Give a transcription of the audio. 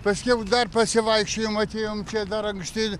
paskiau dar pasivaikščiojom atėjom čia dar anksti